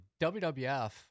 wwf